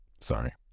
Sorry